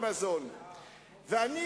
משה גפני מונה ליושב-ראש ועדת